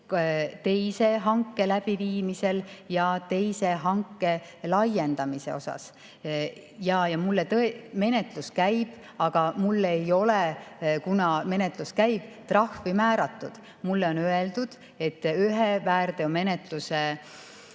teise hanke läbiviimisel ja teise hanke laiendamise osas. Menetlus käib, aga mulle ei ole, kuna menetlus käib, trahvi määratud. Mulle on öeldud, et kui väärteomenetlus